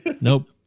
Nope